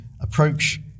approach